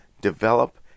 develop